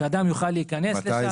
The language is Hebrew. שהאדם יוכל להיכנס לשם